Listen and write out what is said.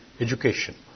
education